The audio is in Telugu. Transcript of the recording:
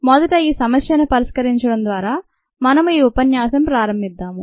మొదట ఈ సమస్యను పరిష్కరించడం ద్వారా మనము ఈ ఉపన్యాసం ప్రారంభిద్దాము